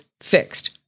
fixed